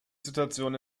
situation